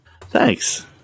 Thanks